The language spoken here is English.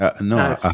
No